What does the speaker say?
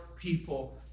people